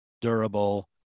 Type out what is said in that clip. durable